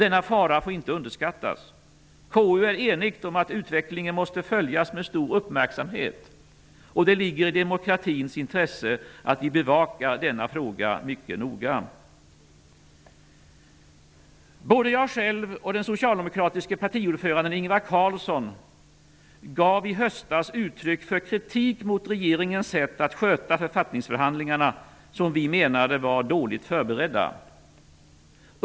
Denna fara får inte underskattas. KU är enigt om att utvecklingen måste följas med stor uppmärksamhet. Det ligger i demokratins intresse att vi bevakar denna fråga mycket noga. Både jag och den socialdemokratiske partiordföranden Ingvar Carlsson gav i höstas uttryck för kritik mot regeringens sätt att sköta författningsförhandlingarna, som vi menade var dåligt förberedda.